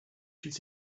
should